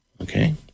Okay